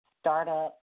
startup